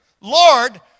Lord